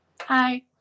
hi